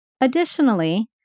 Additionally